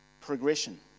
progression